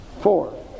four